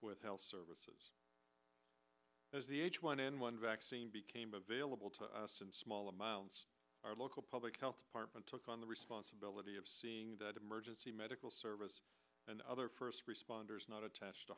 with health services as the h one n one vaccine became available to us in small amounts our local public health department took on the responsibility of seeing that emergency medical service and other first responders not attached to